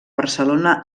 barcelona